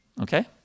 Okay